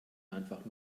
einfach